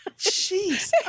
Jeez